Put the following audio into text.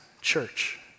church